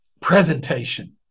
presentation